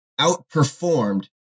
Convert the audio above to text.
outperformed